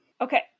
Okay